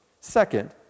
Second